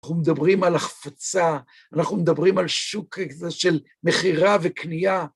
אנחנו מדברים על החפצה, אנחנו מדברים על שוק כזה של מכירה וקנייה.